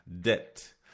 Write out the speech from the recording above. debt